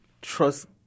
trust